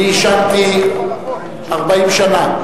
אני עישנתי 40 שנה,